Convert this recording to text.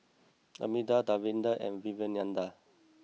Amitabh Davinder and Vivekananda